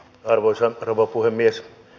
arvoisa rouva puhemies